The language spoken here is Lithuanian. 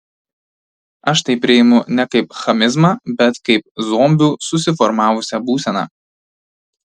aš tai priimu ne kaip chamizmą bet kaip zombių susiformavusią būseną